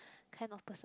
kind of person